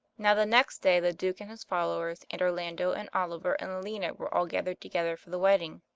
now the next day the duke and his followers, and orlando, and oliver, and aliena, were all gathered together for the wedding.